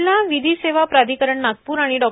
जिल्हा विधी सेवा प्राधिकरण नागप्र आणि डॉ